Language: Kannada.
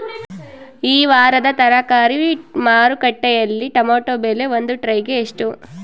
ಈ ವಾರದ ತರಕಾರಿ ಮಾರುಕಟ್ಟೆಯಲ್ಲಿ ಟೊಮೆಟೊ ಬೆಲೆ ಒಂದು ಟ್ರೈ ಗೆ ಎಷ್ಟು?